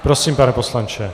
Prosím, pane poslanče.